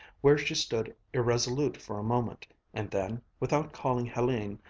where she stood irresolute for a moment, and then, without calling helene,